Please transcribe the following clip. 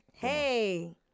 Hey